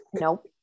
Nope